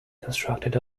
constructed